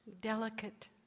delicate